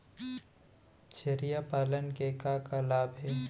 छेरिया पालन के का का लाभ हे?